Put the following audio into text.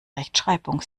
rechtschreibung